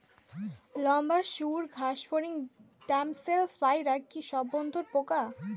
লম্বা সুড় ঘাসফড়িং ড্যামসেল ফ্লাইরা কি সব বন্ধুর পোকা?